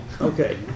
okay